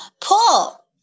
pull